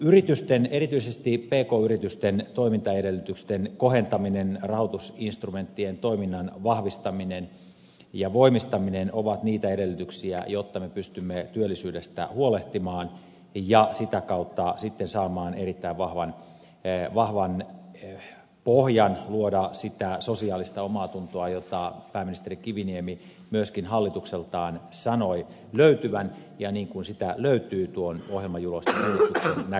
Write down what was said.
yritysten erityisesti pk yritysten toimintaedellytysten kohentaminen rahoitusinstrumenttien toiminnan vahvistaminen ja voimistaminen ovat niitä edellytyksiä joiden avulla me pystymme työllisyydestä huolehtimaan ja sitä kautta sitten saamaan erittäin vahvan pohjan luoda sitä sosiaalista omaatuntoa jota pääministeri kiviniemi myöskin hallitukseltaan sanoi löytyvän ja niin kuin sitä löytyy tuon ohjelmajulistuksen näkökulmasta